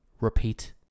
repeat